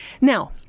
Now